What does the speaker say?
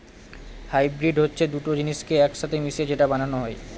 hybrid হচ্ছে দুটো জিনিসকে এক সাথে মিশিয়ে যেটা বানানো হয়